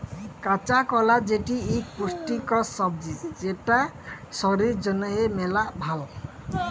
কাঁচা কলা যেটি ইক পুষ্টিকর সবজি যেটা শরীর জনহে মেলা ভাল